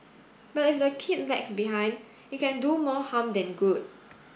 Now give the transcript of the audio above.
but if the kid lags behind it can do more harm than good